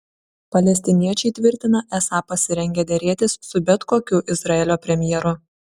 palestiniečiai tvirtina esą pasirengę derėtis su bet kokiu izraelio premjeru